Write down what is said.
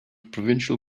provincial